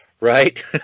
Right